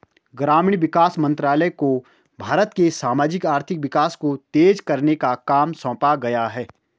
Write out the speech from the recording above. ग्रामीण विकास मंत्रालय को भारत के सामाजिक आर्थिक विकास को तेज करने का काम सौंपा गया है